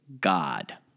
God